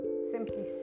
simply